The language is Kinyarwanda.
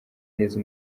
neza